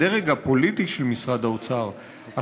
בדרג הפוליטי של משרד האוצר,